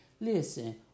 Listen